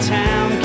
town